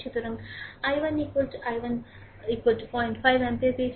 সুতরাং i1 i1 05 ampere পেয়েছে